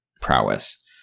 prowess